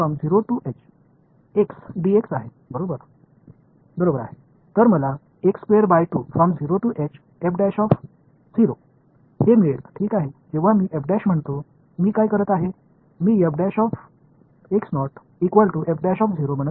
எனவேநான் என்று சொல்லும்போது நான் சொல்கிறேன்ஒரு நிலையான அடுத்த வெளிப்பாடு மற்றும் அடுத்த வெளிப்பாடு எனக்கு ஐ ஒருமுறை ஒருங்கிணைந்த எனக்கு கொடுக்கும் மாணவர்x கியூப் by 6